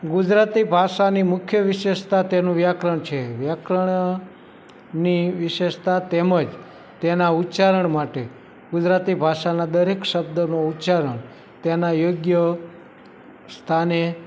ગુજરાતી ભાષાની મુખ્ય વિશેષતા તેનું વ્યાકરણ છે વ્યાકરણની વિશેષતા તેમજ તેના ઉચ્ચારણ માટે ગુજરાતી ભાષાના દરેક શબ્દનો ઉચ્ચારણ તેના યોગ્ય સ્થાને